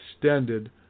extended